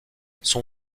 son